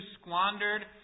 squandered